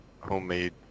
homemade